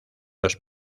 los